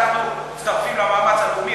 אנחנו מצטרפים למאמץ הלאומי,